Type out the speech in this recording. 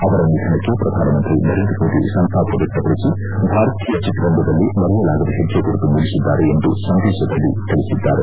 ಅವರ ನಿಧನಕ್ಕೆ ಪ್ರಧಾನಮಂತ್ರಿ ನರೇಂದ್ರ ಮೋದಿ ಸಂತಾಪ ವ್ಯಕ್ತಪಡಿಸಿ ಭಾರತೀಯ ಚಿತ್ರರಂಗದಲ್ಲಿ ಮರೆಯಲಾಗದ ಹೆಜ್ಜೆ ಗುರುತು ಮೂಡಿಸಿದ್ದಾರೆ ಎಂದು ಸಂದೇಶದಲ್ಲಿ ತಿಳಿಸಿದ್ದಾರೆ